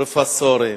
פרופסורים,